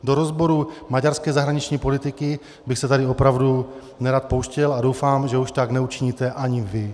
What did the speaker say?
Do rozboru maďarské zahraniční politiky bych se tady opravdu nerad pouštěl a doufám, že už tak neučiníte ani vy.